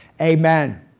amen